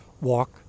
walk